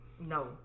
No